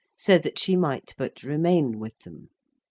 so that, she might but remain with them.